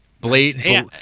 Blade